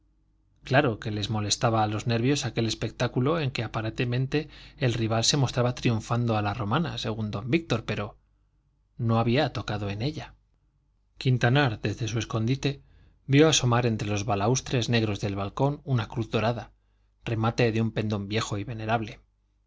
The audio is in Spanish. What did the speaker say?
claro que les molestaba a los nervios aquel espectáculo en que aparentemente el rival se mostraba triunfando a la romana según don víctor pero no había tocado en ella quintanar desde su escondite vio asomar entre los balaustres negros del balcón una cruz dorada remate de un pendón viejo y venerable